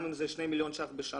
גם אם זה שני מיליון ש"ח בשנה,